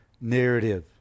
narrative